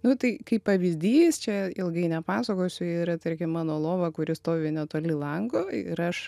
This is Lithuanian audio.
nu tai kaip pavyzdys čia ilgai nepasakosiu yra tarkim mano lova kuri stovi netoli lango ir aš